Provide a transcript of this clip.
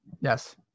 Yes